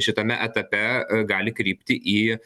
šitame etape gali krypti į